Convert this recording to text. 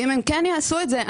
ואם הם כן יעשו את זה,